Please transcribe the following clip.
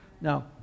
No